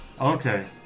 Okay